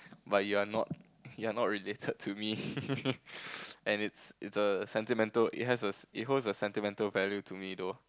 but your are not you are not related to me and it's it's a sentimental it has a it holds a sentimental value to me though